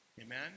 Amen